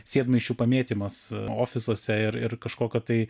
sėdmaišių pamėtymas ofisuose ir ir kažkokio tai